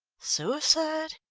suicide?